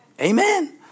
Amen